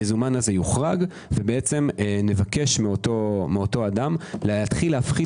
המזומן הזה יוחרג ונבקש מאותו אדם להתחיל להפחית